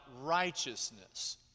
righteousness